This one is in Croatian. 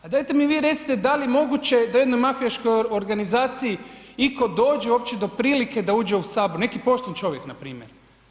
A dajte mi vi recite da li je moguće da u jednoj mafijaškoj organizaciji itko dođe uopće do prilike da uđe u Sabor neki pošten čovjek na primjer.